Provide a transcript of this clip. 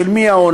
של מי ההון?